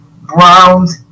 Browns